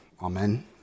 Amen